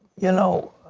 you know,